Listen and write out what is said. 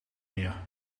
meer